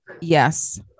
Yes